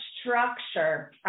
structure